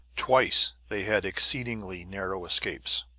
twice they had exceedingly narrow escapes.